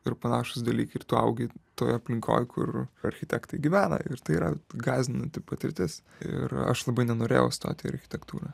ir panašūs dalykai ir tu augi toj aplinkoj kur architektai gyvena ir tai yra gąsdinanti patirtis ir aš labai nenorėjau stoti į architektūrą